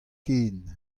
ken